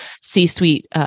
C-suite